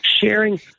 sharing